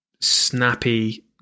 snappy